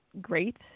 great